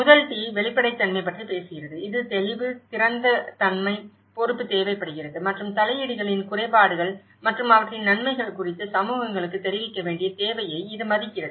முதல் T வெளிப்படைத்தன்மை பற்றி பேசுகிறது இது தெளிவு திறந்த தன்மை பொறுப்பு தேவைப்படுகிறது மற்றும் தலையீடுகளின் குறைபாடுகள் மற்றும் அவற்றின் நன்மைகள் குறித்து சமூகங்களுக்கு தெரிவிக்க வேண்டிய தேவையை இது மதிக்கிறது